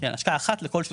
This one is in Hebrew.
כן השקעה אחת לכל שותפות.